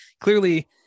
clearly